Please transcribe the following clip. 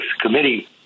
committee